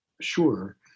Sure